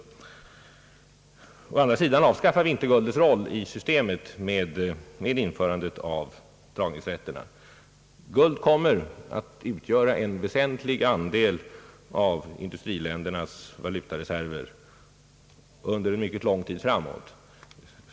Å andra sidan avskaffar vi inte guldets roll i systemet genom införandet av dragningsrätterna. Guld kommer att utgöra en väsentlig andel av industriländernas valutareserver under en mycket lång tid framåt.